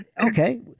Okay